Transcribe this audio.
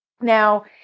Now